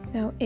Now